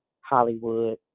Hollywood